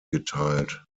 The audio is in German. geteilt